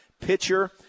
Pitcher